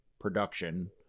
production